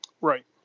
Right